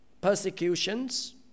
persecutions